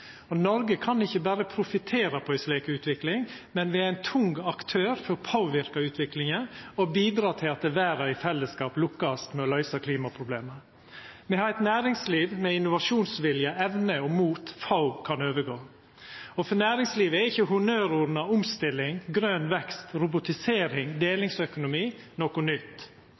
og Norge kan ikkje berre profittera på ei slik utvikling, men må vera ein tung aktør for å påverka utviklinga og bidra til at verda i fellesskap skal lukkast med å løysa klimaproblema. Me har eit næringsliv med innovasjonsvilje, evne og mot få kan overgå, og for næringslivet er ikkje honnørorda omstilling, grøn vekst, robotisering og delingsøkonomi noko nytt.